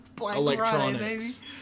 electronics